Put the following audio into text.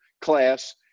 class